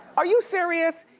are you serious?